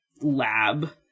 lab